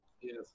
Yes